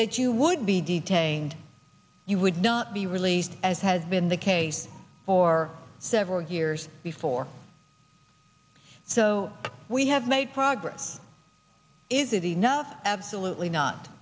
that you would be detained you would not be released as has been the case for several years before so we have made progress is it enough loosely not